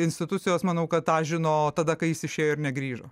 institucijos manau kad tą žinojo o tada kai jis išėjo ir negrįžo